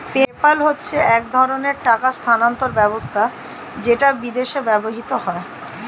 PayPal হচ্ছে এক ধরণের টাকা স্থানান্তর ব্যবস্থা যেটা বিদেশে ব্যবহৃত হয়